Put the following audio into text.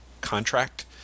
contract